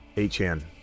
HN